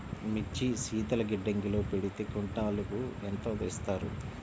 మిర్చి శీతల గిడ్డంగిలో పెడితే క్వింటాలుకు ఎంత ఇస్తారు?